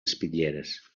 espitlleres